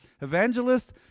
Evangelists